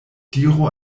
diru